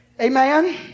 Amen